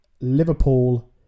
Liverpool